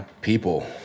people